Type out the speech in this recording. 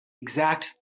exact